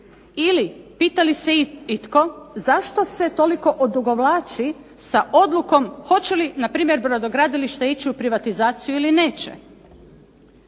Ili pita li se itko zašto se toliko odugovlači sa odlukom hoće li npr. brodogradilište ići u privatizaciju ili neće